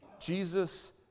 Jesus